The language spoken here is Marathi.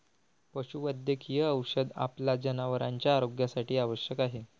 पशुवैद्यकीय औषध आपल्या जनावरांच्या आरोग्यासाठी आवश्यक आहे